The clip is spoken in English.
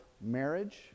marriage